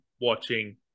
watching